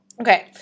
okay